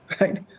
right